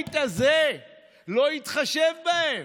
הבית הזה לא התחשב בהם.